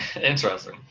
Interesting